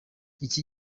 iki